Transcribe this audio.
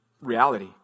reality